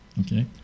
Okay